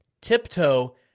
tiptoe